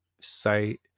site